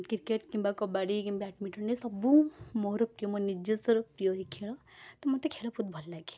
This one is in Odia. କ୍ରିକେଟ୍ କିମ୍ବା କବାଡ଼ି କି ବ୍ୟାଡ଼ମିଣ୍ଟନରେ ସବୁ ମୋର ମୋ ନିଜସ୍ୱର ପ୍ରିୟ ଏହି ଖେଳ ତ ମୋତେ ଖେଳ ବହୁତ ଭଲ ଲାଗେ